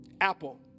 Apple